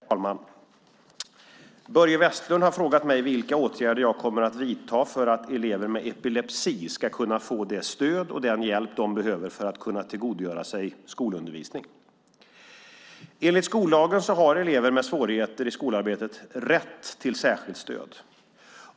Herr talman! Börje Vestlund har frågat mig vilka åtgärder jag kommer att vidta för att elever med epilepsi ska kunna få det stöd och den hjälp de behöver för att kunna tillgodogöra sig skolundervisning. Enligt skollagen har elever med svårigheter i skolarbetet rätt till särskilt stöd.